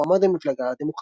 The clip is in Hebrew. מועמד המפלגה הדמוקרטית.